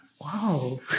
Wow